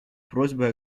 просьбой